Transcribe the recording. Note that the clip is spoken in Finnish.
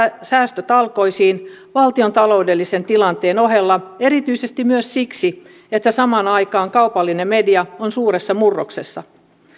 säästötalkoisiin valtion taloudellisen tilanteen ohella erityisesti myös siksi että samaan aikaan kaupallinen media on suuressa murroksessa